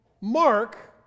Mark